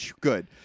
good